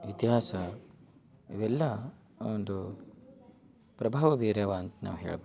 ಇತಿಹಾಸ ಇವೆಲ್ಲ ಒಂದು ಪ್ರಭಾವ ಬೀರಿಯಾವ ಅಂತ ನಾವು ಹೇಳ್ಬೋದು